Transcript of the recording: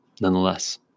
nonetheless